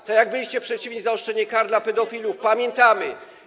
O tym, jak byliście przeciwni zaostrzeniu kar dla pedofilów, pamiętamy.